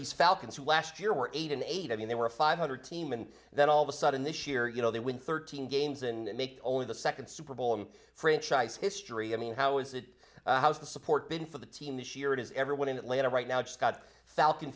these falcons last year were eight and eight i mean they were five hundred team and then all of a sudden this year you know they win thirteen games and make only the second super bowl in franchise history i mean how is it how's the support been for the team this year it is everyone in atlanta right now just got south